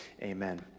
Amen